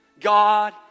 God